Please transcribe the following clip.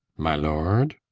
my lord!